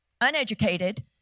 uneducated